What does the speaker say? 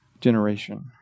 generation